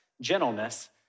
gentleness